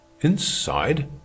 Inside